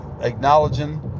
acknowledging